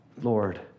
Lord